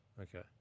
Okay